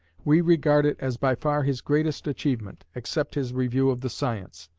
we regard it as by far his greatest achievement, except his review of the sciences,